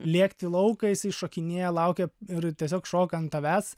lėkti laukais jis šokinėja laukia ir tiesiog šoka ant tavęs